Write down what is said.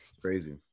Crazy